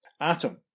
Atom